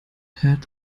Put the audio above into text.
head